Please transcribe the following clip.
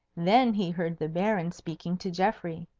then he heard the baron speaking to geoffrey.